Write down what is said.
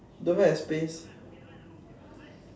don't even have space